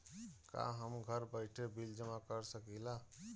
का हम घर बइठे बिल जमा कर शकिला?